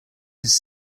his